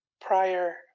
prior